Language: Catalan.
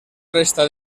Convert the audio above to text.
resta